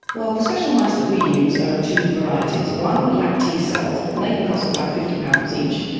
well, the special mice that we use are of two varieties, one lack t cells and they can cost about fifty pounds each,